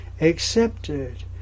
accepted